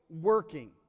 working